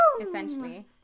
essentially